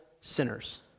sinners